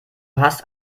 hast